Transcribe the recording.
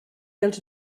els